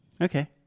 Okay